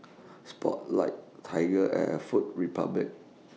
Spotlight TigerAir Food Republic